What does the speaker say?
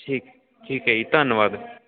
ਠੀਕ ਠੀਕ ਹੈ ਜੀ ਧੰਨਵਾਦ